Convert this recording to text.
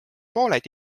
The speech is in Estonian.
pooled